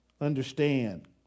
understand